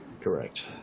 Correct